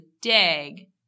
dig